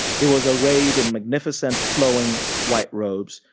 he was arrayed in magnificent flowing white robes,